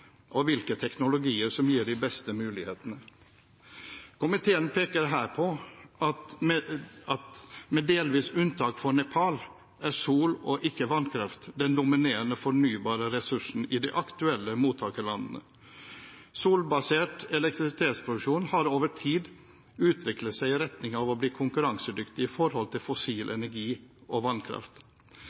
og hvilke teknologier som gir de beste mulighetene. Komiteen peker her på at med delvis unntak for Nepal, er sol og ikke vannkraft den dominerende fornybare ressursen i de aktuelle mottakerlandene. Solbasert elektrisitetsproduksjon har over tid utviklet seg i retning av å bli konkurransedyktig i forhold til fossil energi og vannkraft.